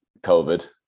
covid